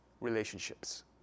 relationships